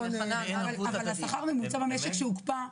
אבל השכר הממוצע במשק שהוקפא,